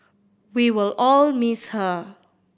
we will all miss her